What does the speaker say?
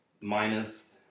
minus